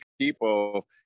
people